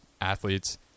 athletes